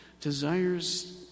desires